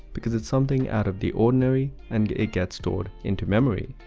because its something out of the ordinary and gets stored in memory.